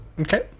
okay